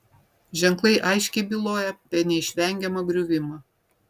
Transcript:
ženklai aiškiai byloja apie neišvengiamą griuvimą